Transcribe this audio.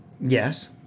yes